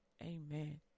Amen